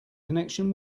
connection